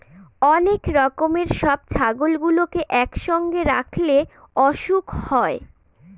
অনেক রকমের সব ছাগলগুলোকে একসঙ্গে রাখলে অসুখ হয়